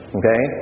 okay